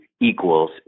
equals